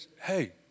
hey